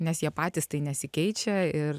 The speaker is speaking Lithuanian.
nes jie patys tai nesikeičia ir